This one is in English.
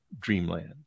Dreamland